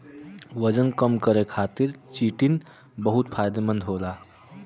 वजन कम करे खातिर चिटिन बहुत फायदेमंद होला